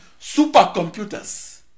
Supercomputers